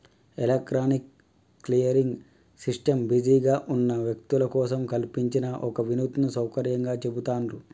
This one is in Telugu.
ఎలక్ట్రానిక్ క్లియరింగ్ సిస్టమ్ బిజీగా ఉన్న వ్యక్తుల కోసం కల్పించిన ఒక వినూత్న సౌకర్యంగా చెబుతాండ్రు